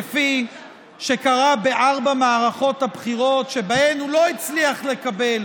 כפי שקרה בארבע מערכות הבחירות שבהן הוא לא הצליח לקבל